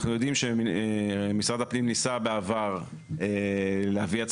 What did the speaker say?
אנחנו יודעים שמשרד הפנים ניסה בעבר להביא לכנסת